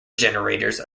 generators